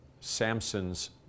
Samson's